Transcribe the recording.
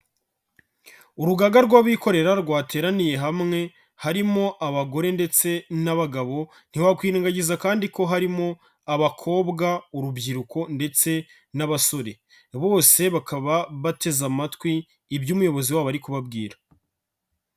Urugaga rw'abikorera rwateraniye hamwe, harimo abagore ndetse n'abagabo, ntibakwirengagiza kandi ko harimo abakobwa, urubyiruko ndetse n'abasore. Bose bakaba bateze amatwi, ibyo umuyobozi wabo ari kubabwira.